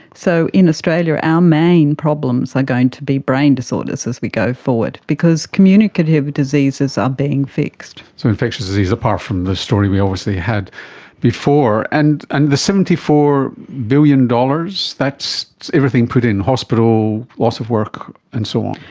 so in australia our main problems are going to be brain disorders as we go forward, because communicative diseases are being fixed. so infectious disease, apart from the we obviously had before. and and the seventy four billion dollars, that's everything put in, hospital, loss of work and so on?